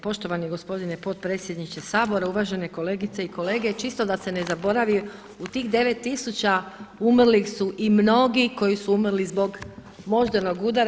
Poštovani gospodine potpredsjedniče Sabora, uvažene kolegice i kolege, čisto da se ne zaboravi u tih 9000 umrlih su i mnogi koji su umrli zbog moždanog udara.